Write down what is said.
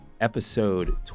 episode